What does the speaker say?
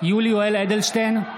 יולי יואל אדלשטיין,